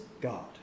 God